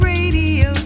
Radio